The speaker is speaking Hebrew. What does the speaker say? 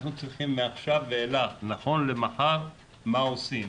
אנחנו צריכים מעכשיו ואילך נכון למחר מה עושים,